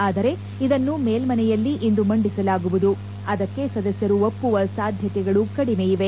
ಆದರೆ ಇದನ್ನು ಮೇಲ್ಮನೆಯಲ್ಲಿ ಇಂದು ಮಂಡಿಸಲಾಗುವುದು ಅದಕ್ಕೆ ಸದಸ್ಯರು ಒಪ್ಪುವ ಸಾಧ್ಯತೆಗಳು ಕಡಿಮೆ ಇವೆ